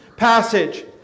passage